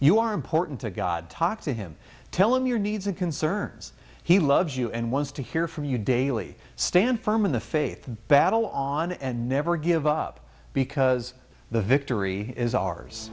you are important to god talk to him tell him your needs and concerns he loves you and wants to hear from you daily stand firm in the faith battle on and never give up because the victory is ours